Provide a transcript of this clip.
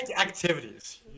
activities